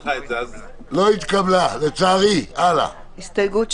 לצערי, ההסתייגות לא התקבלה.